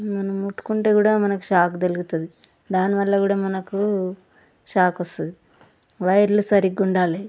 మనము ముట్టుకుంటే కూడా మనకు షాక్ తగులుతుంది దాని వల్ల కూడా మనకు షాక్ వస్తుంది వైర్లు సరిగా ఉండాలి